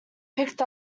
picked